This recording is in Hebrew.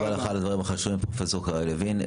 תודה רבה לך על הדברים החשובים, פרופ' לוין.